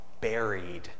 buried